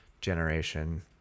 generation